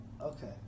Okay